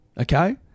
Okay